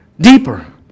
Deeper